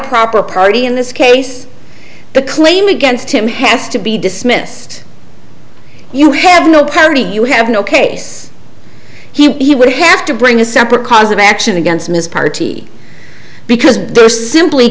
proper party in this case the claim against him has to be dismissed you have no parity you have no case he would have to bring a separate cause of action against ms party because there simply